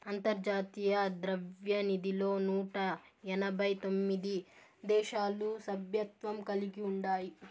అంతర్జాతీయ ద్రవ్యనిధిలో నూట ఎనబై తొమిది దేశాలు సభ్యత్వం కలిగి ఉండాయి